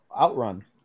Outrun